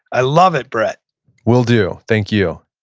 i love it, brett will do, thank you.